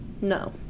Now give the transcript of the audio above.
No